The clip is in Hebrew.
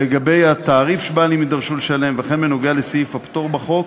לגבי התעריף שהבעלים יידרשו לשלם וכן בנוגע לסעיף הפטור בחוק,